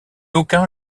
aucun